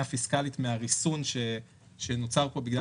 מבחינה פיסקלית מהריסון שנוצר פה בגלל